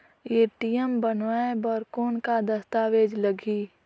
ATM बनवाय बर कौन का दस्तावेज लगही?